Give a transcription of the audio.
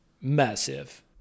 massive